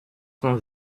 cent